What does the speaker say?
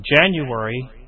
January